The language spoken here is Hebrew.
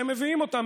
הם מביאים אותם,